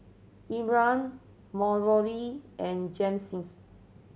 Ephram Mallorie and